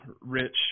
rich